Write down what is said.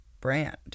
brand